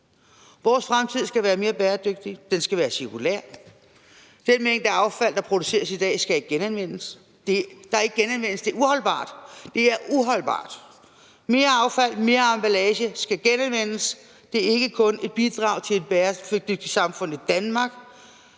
Vores fremtid skal være mere bæredygtig, den skal være cirkulær. Den mængde affald, der produceres i dag, skal genanvendes. Det, der ikke genanvendes, er uholdbart – det er uholdbart. Mere affald, mere emballage skal genanvendes. Det er ikke kun et bidrag til et bæredygtigt samfund i Danmark.